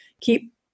keep